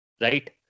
right